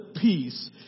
peace